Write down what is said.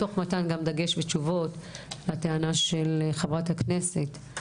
תוך מתן גם דגש ותשובות על טענה של חברת הכנסת,